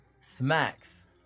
Smacks